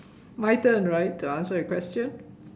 my turn right to answer a question